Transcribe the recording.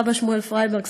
סבא שמואל פרייברג,